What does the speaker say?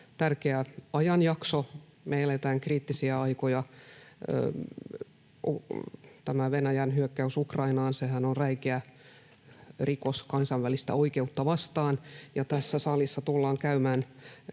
tärkeä ajanjakso. Me eletään kriittisiä aikoja. Tämä Venäjän hyökkäys Ukrainaan, sehän on räikeä rikos kansainvälistä oikeutta vastaan. Ja kun tässä salissa tullaan käymään